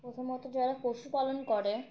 প্রথারমত যারা পশুপালন করে